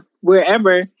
wherever